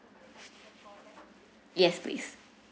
yes please